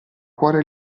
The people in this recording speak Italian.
cuore